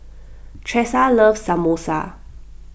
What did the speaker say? Tressa loves Samosa